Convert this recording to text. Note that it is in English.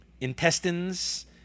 intestines